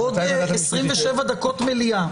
בעוד 27 דקות יש מליאה,